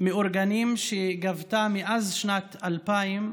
מאורגנים שגבו מאז שנת 2000,